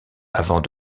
avant